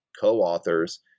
co-authors